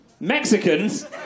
Mexicans